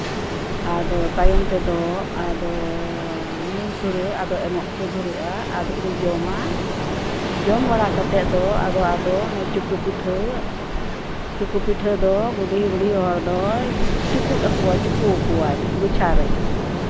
ᱟᱫᱚ ᱛᱟᱭᱚᱢ ᱛᱮᱫᱚ ᱟᱫᱚ ᱱᱤᱢ ᱥᱩᱲᱟᱹ ᱟᱫᱚ ᱮᱢᱚᱜ ᱠᱚ ᱫᱷᱩᱨᱟᱹᱜᱼᱟ ᱟᱫᱚ ᱠᱚ ᱡᱚᱢᱟ ᱡᱚᱢ ᱵᱟᱲᱟ ᱠᱟᱛᱮ ᱫᱚ ᱟᱫᱚ ᱟᱫᱚ ᱚᱱᱮ ᱪᱩᱠᱩ ᱯᱤᱴᱷᱟᱹ ᱪᱩᱠᱩ ᱯᱤᱴᱷᱟᱹ ᱫᱚ ᱵᱩᱰᱷᱤᱼᱵᱩᱰᱷᱤ ᱦᱚᱲ ᱫᱚᱭ ᱪᱩᱯᱩᱫ ᱟᱠᱚᱣᱟᱭ ᱪᱩᱠᱩᱫ ᱟᱠᱚᱣᱟᱭ ᱜᱚᱪᱷᱟ ᱨᱮ